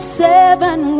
seven